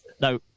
No